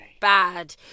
bad